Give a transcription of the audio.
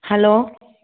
hello